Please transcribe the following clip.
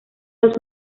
los